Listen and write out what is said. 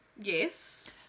Yes